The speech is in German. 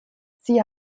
sie